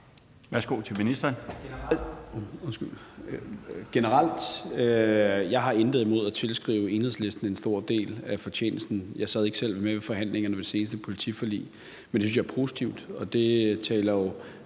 Værsgo til ministeren.